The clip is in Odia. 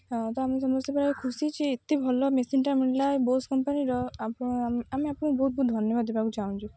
ହଁ ତ ଆମେ ସମସ୍ତେ ପ୍ରାୟ ଖୁସି ଯେ ଏତେ ଭଲ ମେସିନ୍ଟା ମିଳିଲା ବୋସ୍ କମ୍ପାନୀର ଆପଣ ଆମେ ଆପଣଙ୍କୁ ବହୁତ ବହୁତ ଧନ୍ୟବାଦ ଦେବାକୁ ଚାହୁଁଛୁ